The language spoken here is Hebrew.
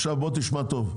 עכשיו בוא תשמע טוב,